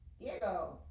Diego